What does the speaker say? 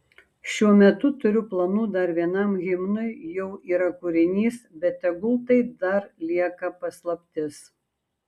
šiuo metu turiu planų dar vienam himnui jau yra kūrinys bet tegul tai dar lieka paslaptis